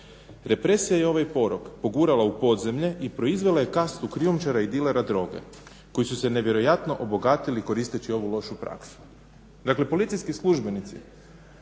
Represija je ovaj porok pogurala u podzemlje i proizvela je kastu krijumčara i dilera droge koji su se nevjerojatno obogatili koristeći ovu lošu praksu. Dakle policijski službenici,